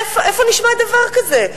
איפה נשמע דבר כזה?